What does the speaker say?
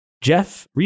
jeff